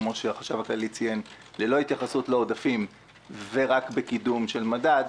כפי שהחשב הכללי ציין: ללא התייחסות לעודפים ורק בקידום של מדד,